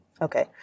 Okay